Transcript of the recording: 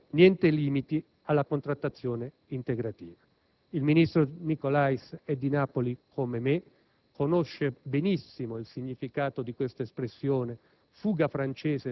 *Ergo*, niente limiti alla Contrattazione integrativa! Il ministro Nicolais è di Napoli come me, conosce benissimo il significato dell'espressione